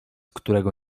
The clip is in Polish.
którego